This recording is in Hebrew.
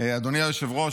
אדוני היושב-ראש,